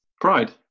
Pride